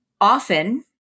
Often